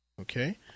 Okay